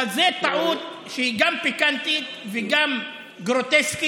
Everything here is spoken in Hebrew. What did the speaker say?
נכון, אבל זה טעות שהיא גם פיקנטית וגם גרוטסקית